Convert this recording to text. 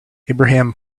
abraham